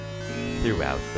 throughout